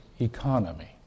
economy